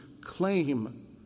claim